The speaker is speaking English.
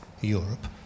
Europe